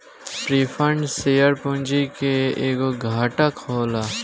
preferred share पूंजी के एगो घटक होला